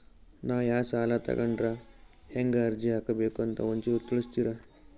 ನಾವು ಯಾ ಸಾಲ ತೊಗೊಂಡ್ರ ಹೆಂಗ ಅರ್ಜಿ ಹಾಕಬೇಕು ಅಂತ ಒಂಚೂರು ತಿಳಿಸ್ತೀರಿ?